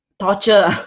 torture